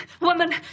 woman